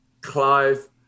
Clive